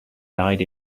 died